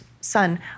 son